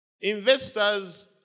Investors